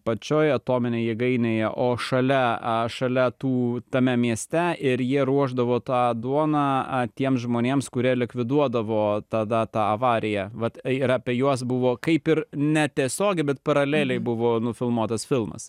pačioj atominėj jėgainėje o šalia a šalia tų tame mieste ir jie ruošdavo tą duoną a tiems žmonėms kurie likviduodavo tada tą avariją vat ir apie juos buvo kaip ir netiesiogiai bet paraleliai buvo nufilmuotas filmas